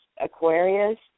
Aquarius